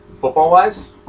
Football-wise